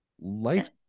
life